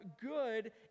good